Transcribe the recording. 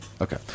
Okay